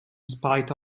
spite